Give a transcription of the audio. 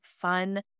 fun